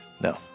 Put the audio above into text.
No